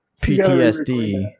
PTSD